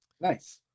Nice